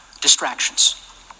distractions